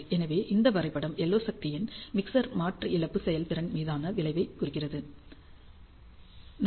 எனவே இந்த வரைபடம் LO சக்தியின் மிக்சர் மாற்று இழப்பு செயல்திறன் மீதான விளைவைக் குறிக்கிறது சக்தி